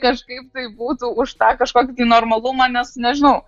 kažkaip tai būtų už tą kažkokį normalumą nes nežinau